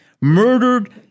murdered